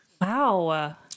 Wow